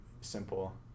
simple